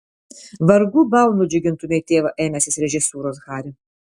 vargu bau nudžiugintumei tėvą ėmęsis režisūros hari